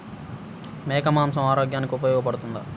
మేక మాంసం ఆరోగ్యానికి ఉపయోగపడుతుందా?